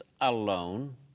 alone